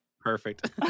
perfect